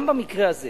גם במקרה הזה